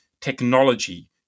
technology